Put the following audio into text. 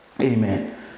amen